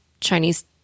chinese